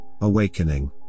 awakening